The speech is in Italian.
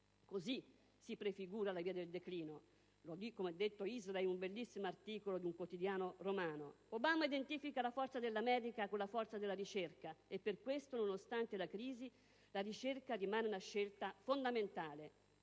Così si prefigura la via del declino. Così come ha detto Israel in un bellissimo articolo apparso su un quotidiano romano, Obama identifica la forza dell'America con la forza della ricerca e per questo, nonostante la crisi, la ricerca rimane una scelta fondamentale.